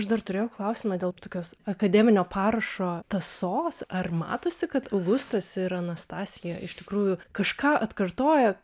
aš dar turėjau klausimą dėl tokios akademinio parašo tąsos ar matosi kad augustas ir anastasija iš tikrųjų kažką atkartoja